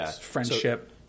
Friendship